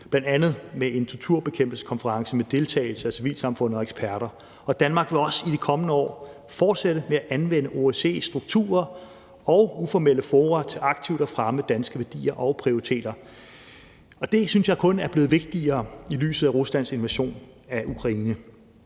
bl.a. med en torturbekæmpelseskonference med deltagelse af civilsamfundet og eksperter. Og Danmark vil også i de kommende år fortsætte med at anvende OSCE-strukturer og uformelle fora til aktivt at fremme danske værdier og prioriteter. Det synes jeg kun er blevet vigtigere i lyset af Ruslands invasion af Ukraine,